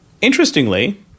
Interestingly